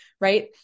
right